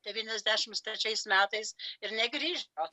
devyniasdešimt trečiais metais ir negrįžo